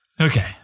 okay